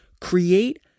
create